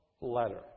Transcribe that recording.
letter